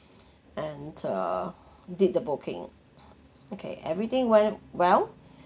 and uh did the booking okay everything went well